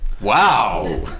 wow